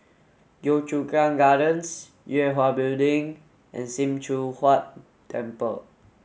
Yio Chu Kang Gardens Yue Hwa Building and Sim Choon Huat Temple